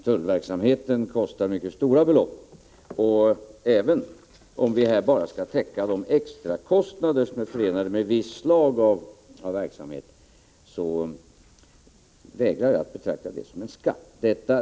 Tullverksamheten kostar mycket stora belopp, och även om vi här bara skall täcka de extra kostnader som är förenade med visst slag av verksamhet, så vägrar jag att betrakta det som en skatt.